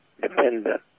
dependent